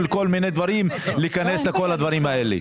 כל מיני דברים ולהיכנס לכל הדברים האלה.